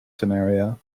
scenario